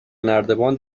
نردبان